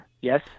Yes